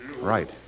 right